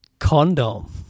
Condom